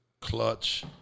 clutch